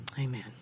Amen